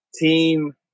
team